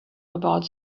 about